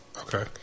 okay